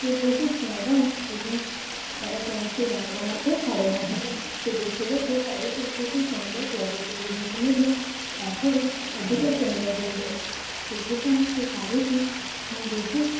ସେ ବହୁତ ନରମ ଏବଂ ତାର କୌଣସି ରଙ୍ଗ ମଧ୍ୟ ଛାଡ଼େ ନାହିଁ ସେ ଦେଖିବାକୁ ଶାଢ଼ୀଟି ବହୁତ ସୁନ୍ଦର ଲାଗେ ପିନ୍ଧିବାକୁ ମଧ୍ୟ ତା'ଠାରୁ ଅଧିକ ସୁନ୍ଦର ଲାଗେ ସେଥିପାଇଁ ସେ ଶାଢ଼ୀଟି ମୁଁ ବହୁତ